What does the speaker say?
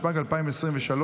(הצבת יוצאי צבא בשירות בתי הסוהר) (תיקון מס' 11),